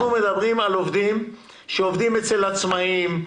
הזמן הזה היו מקדישים לציבור העצמאים.